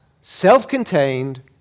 self-contained